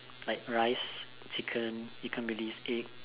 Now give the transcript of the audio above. like rice chicken ikan bilis egg